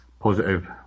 positive